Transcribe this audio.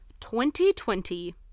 2020